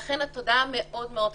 לכן, התודעה מאוד מאוד חשובה.